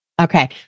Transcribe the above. Okay